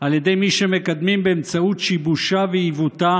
על ידי מי שמקדמים באמצעות שיבושה ועיוותה